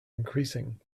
increasing